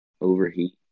overheat